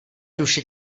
duše